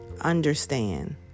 understand